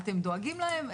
אתם דואגים להם?